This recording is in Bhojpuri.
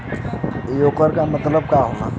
येकर का मतलब होला?